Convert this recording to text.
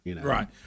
Right